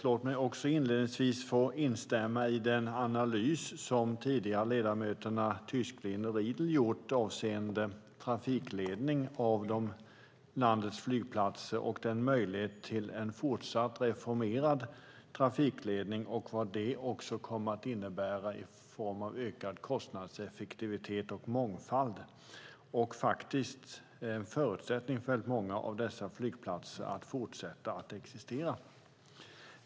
Låt mig också inledningsvis få instämma i den analys som ledamöterna Tysklind och Riedl tidigare gjort avseende trafikledning av landets flygplatser och möjligheten till en fortsatt reformerad trafikledning och vad det kommer att innebära i form av ökad kostnadseffektivitet och mångfald. Detta är faktiskt en förutsättning för många av dessa flygplatser att fortsätta att existera.